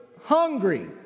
hungry